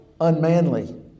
unmanly